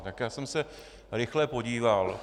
Tak já jsem se rychle podíval.